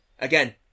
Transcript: Again